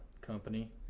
company